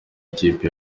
kipe